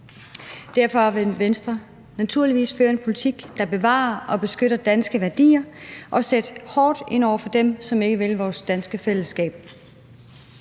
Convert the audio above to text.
Derfor vil Venstre naturligvis føre en politik, der bevarer og beskytter danske værdier, og sætte hårdt ind over for dem, som ikke vil vores danske fællesskab.